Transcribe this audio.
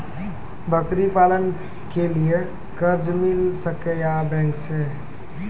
बकरी पालन के लिए कर्ज मिल सके या बैंक से?